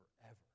forever